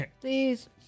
Please